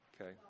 Okay